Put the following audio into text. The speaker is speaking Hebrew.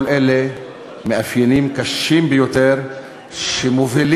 כל אלה הם מאפיינים קשים ביותר שמובילים